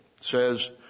says